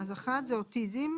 אוטיזם,